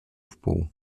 wpół